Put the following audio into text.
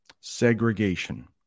segregation